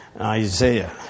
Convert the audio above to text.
Isaiah